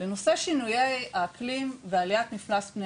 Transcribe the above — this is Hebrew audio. לנושא שינויי האקלים ועליית מפלס פני